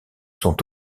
sont